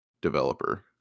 developer